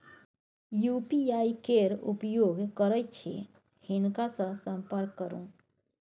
UPI केर उपयोग करैत छी हिनका सँ संपर्क करु